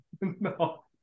No